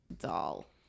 doll